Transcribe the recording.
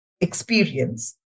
experience